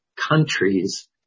countries